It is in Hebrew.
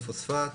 פוספט